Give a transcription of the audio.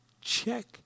Check